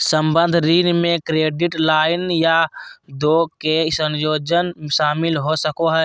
संबंद्ध ऋण में क्रेडिट लाइन या दो के संयोजन शामिल हो सको हइ